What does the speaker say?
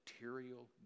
material